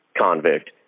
convict